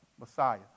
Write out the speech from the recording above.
Messiah